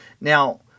Now